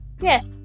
yes